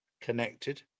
connected